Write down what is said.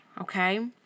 Okay